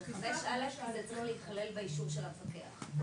(5א) צריך להיכלל באישור של המקפח.